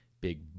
big